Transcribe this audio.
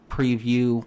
Preview